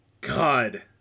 God